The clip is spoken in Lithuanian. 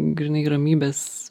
grynai ramybės